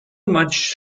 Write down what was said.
much